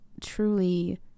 truly